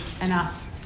enough